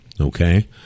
okay